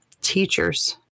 teachers